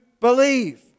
believe